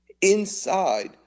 Inside